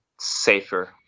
Safer